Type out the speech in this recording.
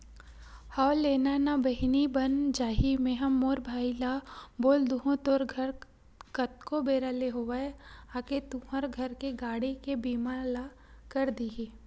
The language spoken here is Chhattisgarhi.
हव लेना ना बहिनी बन जाही मेंहा मोर भाई ल बोल दुहूँ तोर घर कतको बेरा ले होवय आके तुंहर घर के गाड़ी के बीमा ल कर दिही